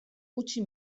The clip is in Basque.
utzi